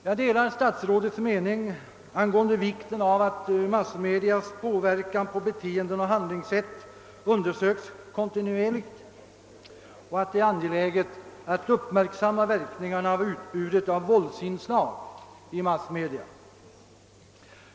Jag delar statsrådets mening angående vikten av att massmedias påverkan på beteenden och handlingssätt undersökes kontinuerligt och att det är angeläget att uppmärksamma verkningarna av utbudet av våldsinslag i massmedia.